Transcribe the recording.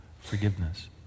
forgiveness